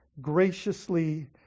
graciously